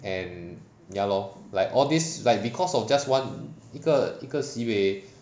and ya lor like all these like because of just one 一个一个 sibei